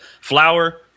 flour